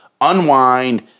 unwind